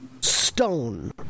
stone